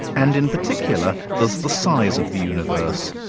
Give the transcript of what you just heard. and in particular, there's the size of the universe,